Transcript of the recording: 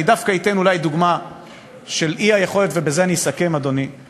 אני דווקא אתן דוגמה של אי-יכולת לייצא,